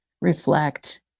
reflect